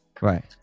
Right